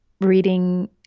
reading